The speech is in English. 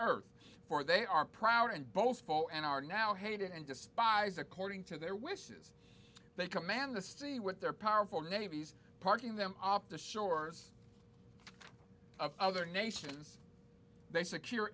earth for they are proud and boastful and are now hated and despised according to their wishes they command to see what their powerful navies parking them off the shores of other nations they secure